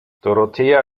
dorothea